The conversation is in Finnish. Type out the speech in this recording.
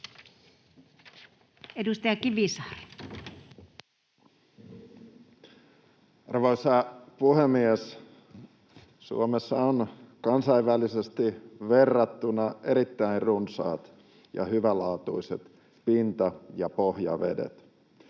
15:53 Content: Arvoisa puhemies! Suomessa on kansainvälisesti verrattuna erittäin runsaat ja hyvälaatuiset pinta‑ ja pohjavedet.